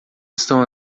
estão